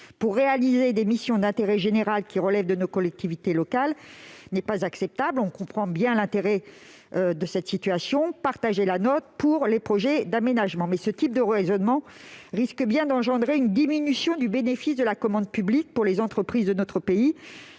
pour réaliser des missions d'intérêt général qui relèvent de nos collectivités locales n'est pas acceptable. On comprend bien l'intérêt de cette situation : partager la note pour les projets d'aménagement. Ce type de raisonnement risque bien d'engendrer une diminution du bénéfice de la commande publique pour les entreprises de notre pays,